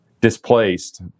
displaced